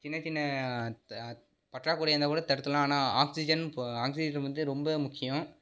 சின்ன சின்ன பற்றாக்குறையாருந்தால் கூட தடுத்துடலாம் ஆனால் ஆக்சிஜன் ஆக்சிஜன் வந்து ரொம்ப முக்கியம்